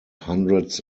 hundreds